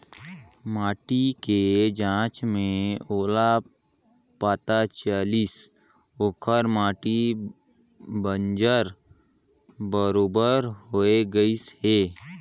माटी के जांच में ओला पता चलिस ओखर माटी बंजर बरोबर होए गईस हे